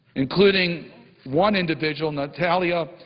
including one individual, natalia